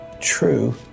true